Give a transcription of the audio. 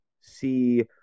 see –